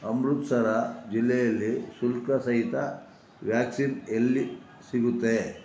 ಅಮೃತ್ಸರ ಜಿಲ್ಲೆಯಲ್ಲಿ ಶುಲ್ಕಸಹಿತ ವ್ಯಾಕ್ಸಿನ್ ಎಲ್ಲಿ ಸಿಗುತ್ತೆ